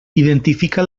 identifica